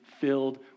filled